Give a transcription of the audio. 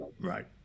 Right